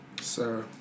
Sir